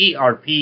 ERP